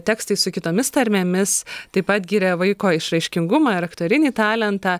tekstais su kitomis tarmėmis taip pat giria vaiko išraiškingumą ir aktorinį talentą